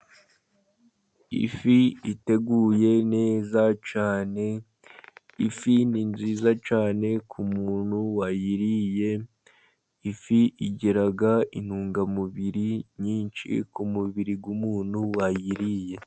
Ifi iteguye neza cyane, ifi ni nziza cyane ku muntu wayiriye, ifi igira intungamubiri nyinshi, ku mubiri w'umuntu wayiriye.